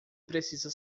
precisa